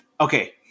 okay